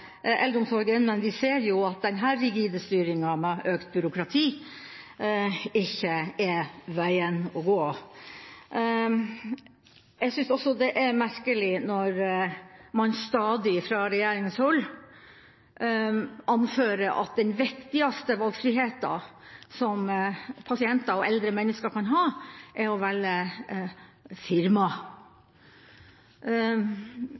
eldreomsorgen, men vi ser jo at denne rigide styringa, med økt byråkrati, ikke er veien å gå. Jeg synes også det er merkelig når man fra regjeringshold stadig anfører at den viktigste valgfriheten som pasienter og eldre mennesker kan ha, er å velge firma.